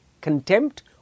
contempt